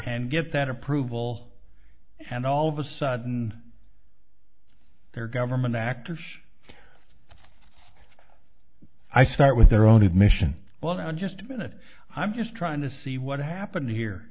and get that approval and all of a sudden their government actors i start with their own admission well i'm just a minute i'm just trying to see what happened here